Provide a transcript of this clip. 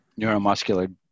neuromuscular